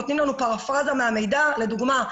נותנים לנו פרפראזה מהמידע לדוגמה,